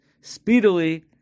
Speedily